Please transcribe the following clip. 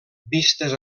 vistes